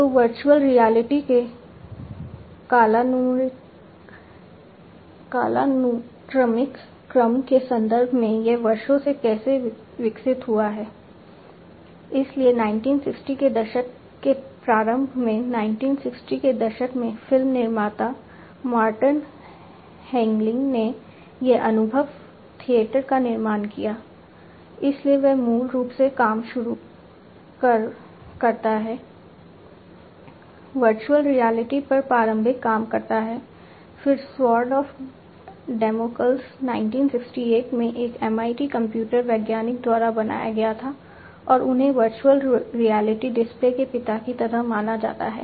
तो VR में यह भी बहुत महत्वपूर्ण है